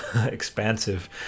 expansive